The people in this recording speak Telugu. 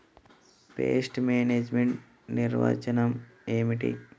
పెస్ట్ మేనేజ్మెంట్ నిర్వచనం ఏమిటి?